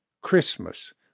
Christmas